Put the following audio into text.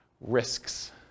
Risks